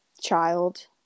child